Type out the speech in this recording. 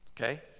okay